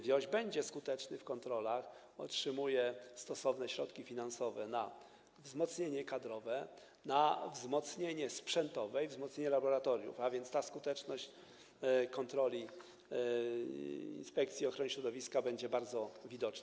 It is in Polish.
WIOŚ będzie przeprowadzał skuteczne kontrole, otrzymuje stosowne środki finansowe na wzmocnienie kadrowe, na wzmocnienie sprzętowe i wzmocnienie laboratoriów, a więc ta skuteczność kontroli Inspekcji Ochrony Środowiska będzie bardzo widoczna.